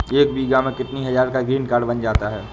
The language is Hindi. एक बीघा में कितनी हज़ार का ग्रीनकार्ड बन जाता है?